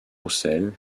roussel